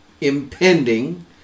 impending